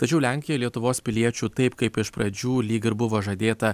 tačiau lenkija lietuvos piliečių taip kaip iš pradžių lyg ir buvo žadėta